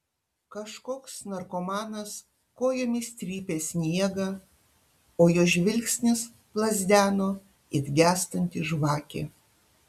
kažkoks narkomanas kojomis trypė sniegą o jo žvilgsnis plazdeno it gęstanti žvakė